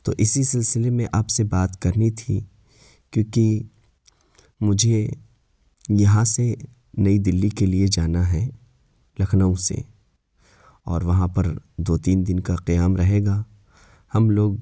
تو اسی سلسلے میں آپ سے بات کرنی تھی کیونکہ مجھے یہاں سے نئی دلّی کے لیے جانا ہے لکھنؤ سے اور وہاں پر دو تین دن کا قیام رہے گا ہم لوگ